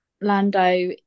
Lando